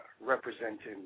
representing